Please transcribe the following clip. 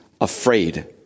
afraid